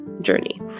journey